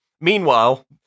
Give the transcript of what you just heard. meanwhile